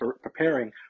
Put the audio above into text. preparing